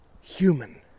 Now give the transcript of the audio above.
human